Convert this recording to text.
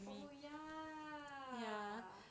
oh ya